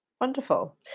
Wonderful